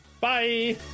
Bye